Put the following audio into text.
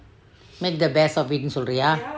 made the best of it சொல்ரியா:solriyaa